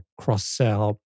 cross-sell